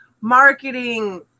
marketing